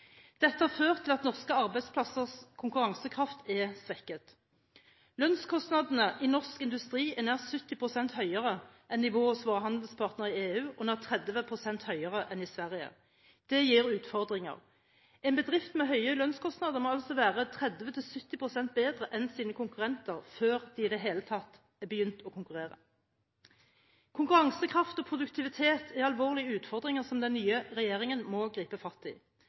Dette har ført til at norske arbeidsplassers konkurransekraft er svekket. Lønnskostnadene i norsk industri er nær 70 pst. høyere enn nivået hos våre handelspartnere i EU og nær 30 pst. høyere enn i Sverige. Det gir utfordringer. En bedrift med høye lønnskostnader må altså være 30–70 pst. bedre enn sine konkurrenter før de i det hele tatt er begynt å konkurrere. Konkurransekraft og produktivitet er alvorlige utfordringer, som den nye regjeringen må gripe fatt i.